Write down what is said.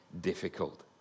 difficult